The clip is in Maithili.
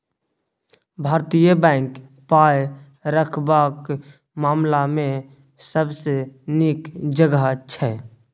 भारतीय बैंक पाय रखबाक मामला मे सबसँ नीक जगह छै